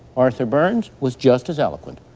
arthur burns, was just as eloquent.